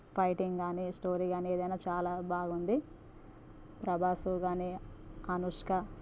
fighting కానీ story కానీ ఏదైనా చాలా బాగుంది ప్రభాస్ కానీ అనుష్క